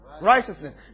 Righteousness